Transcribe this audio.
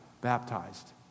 baptized